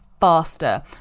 faster